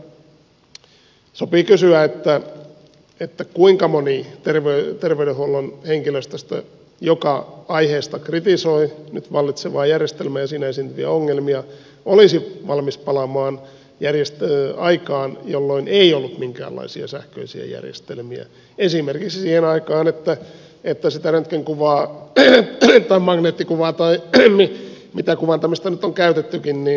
sopii kysyä kuinka moni terveydenhuollon henkilöstöstä joka aiheesta kritisoi nyt vallitsevaa järjestelmää ja siinä esiintyviä ongelmia olisi valmis palaamaan aikaan jolloin ei ollut minkäänlaisia sähköisiä järjestelmiä esimerkiksi siihen aikaan jolloin sitä röntgenkuvaa tai magneettikuvaa tai mitä kuvantamista nyt on käytetty pieni